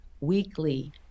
weekly